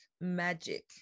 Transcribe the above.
magic